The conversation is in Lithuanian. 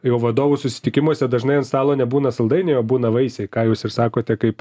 jau vadovų susitikimuose dažnai ant stalo nebūna saldainiai o būna vaisiai ką jūs ir sakote kaip